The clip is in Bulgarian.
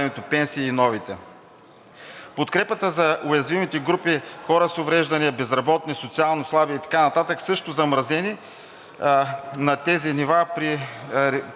пенсии и новите. Подкрепата за уязвимите групи хора с увреждания, безработни, социално слаби и така нататък също замразени на тези нива,